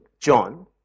John